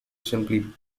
simply